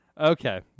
Okay